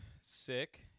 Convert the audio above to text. sick